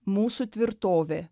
mūsų tvirtovė